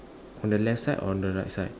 on the left side or on the right side